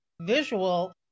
visual